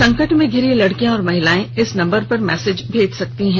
संकट में घिरी लड़कियां और महिलाएं इस नंबर पर मैसेज भेज सकेंगी